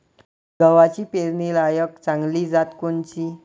गव्हाची पेरनीलायक चांगली जात कोनची?